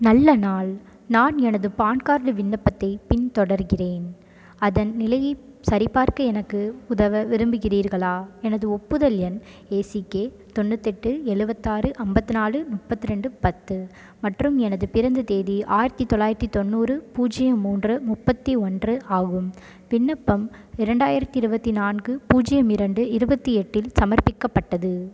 நல்ல நாள் நான் எனது பான் கார்டு விண்ணப்பத்தை பின்தொடர்கிறேன் அதன் நிலையை சரிபார்க்க எனக்கு உதவ விரும்புகிறீர்களா எனது ஒப்புதல் எண் ஏ சி கே தொண்ணூற்றி எட்டு எழுவத்து ஆறு ஐம்பத்து நாலு முப்பது ரெண்டு பத்து மற்றும் எனது பிறந்த தேதி ஆயிரத்தி தொள்ளாயிரத்தி தொண்ணூறு பூஜ்ஜியம் மூன்று முப்பத்தி ஒன்று ஆகும் விண்ணப்பம் இரண்டாயிரத்தி இருபத்தி நான்கு பூஜ்ஜியம் இரண்டு இருபத்தி எட்டு இல் சமர்ப்பிக்கப்பட்டது